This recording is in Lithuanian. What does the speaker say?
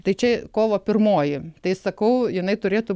tai čia kovo pirmoji tai sakau jinai turėtų